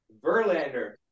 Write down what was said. Verlander